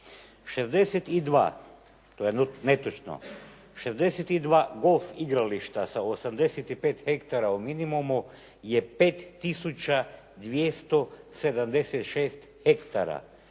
62 golf igrališta sa 85 hektara u minimumu je 5 tisuća 276 hektara